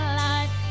life